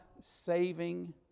saving